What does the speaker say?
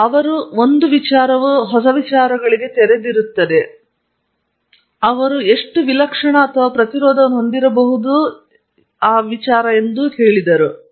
ಮತ್ತು ಅವರು ಒಂದು ವಿಚಾರವು ಹೊಸ ವಿಚಾರಗಳಿಗೆ ತೆರೆದಿರುತ್ತದೆ ಅವರು ಎಷ್ಟು ವಿಲಕ್ಷಣ ಅಥವಾ ಪ್ರತಿರೋಧವನ್ನು ಹೊಂದಿರಬಹುದು ಎಂಬುದನ್ನೂ ಅವರು ಹೇಳಿದರು